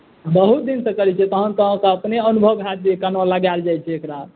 बहुत दिनसँ करैत छियै तहन तऽ अहाँकेँ अपने अनुभव हैत जे केना लगाएल जाइत छै एकरा